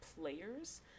players